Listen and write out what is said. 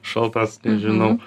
šaltas nežinau